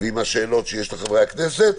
ועם השאלות שיש לחברי הכנסת,